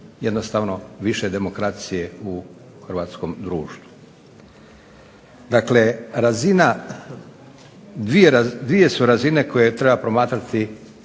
jednostavno više demokracije u hrvatskom društvu. Dakle, dvije su razine koje treba promatrati